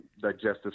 digestive